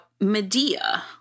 Medea